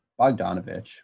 Bogdanovich